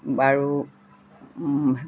বাৰু